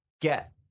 get